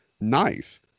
nice